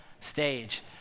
stage